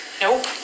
Nope